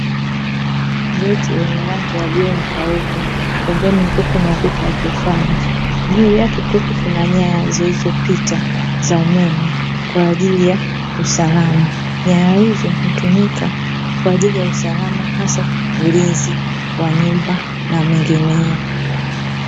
Geti lenye rangi ya bluu mpauko pembeni kukiwa na ukuta wa tofali, juu yake kukiwa kuna nyaya zilizopita za umeme kwa ajili ya usalama. Nyaya hizo hutumika kwa ajili ya usalama hasa ulinzi wa nyumba na mengineyo.